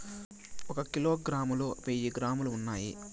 ఒక కిలోగ్రామ్ లో వెయ్యి గ్రాములు ఉన్నాయి